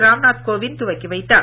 ராம்நாத் கோவிந்த் துவக்கி வைத்தார்